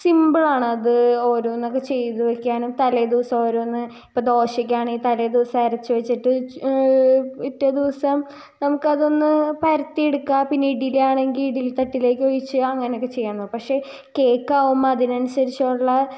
സിമ്പളാണത് ഓരോന്നൊക്കെ ചെയ്ത് വെയ്ക്കാനും തലേ ദിവസമോരോന്ന് ഇപ്പം ദോശക്കാണെൽ തലേ ദിവസം അരച്ച് വെച്ചിട്ട് പിറ്റേ ദിവസം നമുക്ക് അതൊന്ന് പരത്തിയെടുക്കാ പിന്നെ ഇഡിലി ആണെങ്കിൽ ഇഡലി തട്ടിലേക്കൊഴിച്ച് അങ്ങനെ ഒക്കെ ചെയ്യാവുന്നതാണ് പക്ഷെ കേക്കാകുമ്പോൾ അതിന് അനുസരിച്ചുള്ള